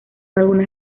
algunas